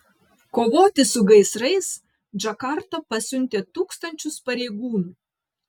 kovoti su gaisrais džakarta pasiuntė tūkstančius pareigūnų